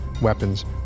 weapons